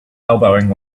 elbowing